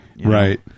Right